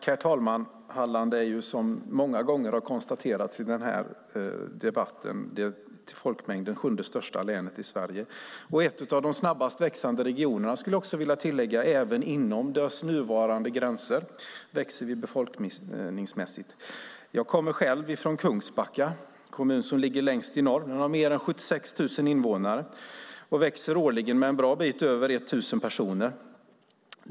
Herr talman! Halland är, vilket redan konstaterats i den här debatten, det till folkmängden sjunde största länet i Sverige - och en av de snabbast växande regionerna, skulle jag vilja tillägga. Även med dess nuvarande gränser växer vi befolkningsmässigt. Jag kommer från Kungsbacka kommun, som ligger längst i norr. Kommunen har mer än 76 000 invånare och växer årligen med en bra bit över tusen personer.